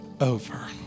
over